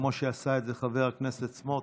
כמו שעשה חבר הכנסת סמוטריץ'.